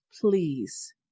please